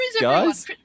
guys